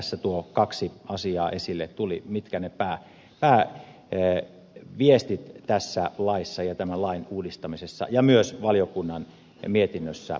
tässä nuo kaksi asiaa esille tulivat mitkä ne pääviestit tässä laissa ja tämän lain uudistamisessa ja myös valiokunnan mietinnössä ovat